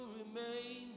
remain